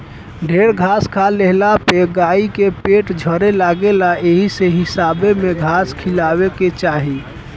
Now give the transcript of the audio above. ढेर घास खा लेहला पे गाई के पेट झरे लागेला एही से हिसाबे में घास खियावे के चाही